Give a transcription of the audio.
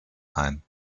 ein